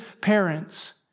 parents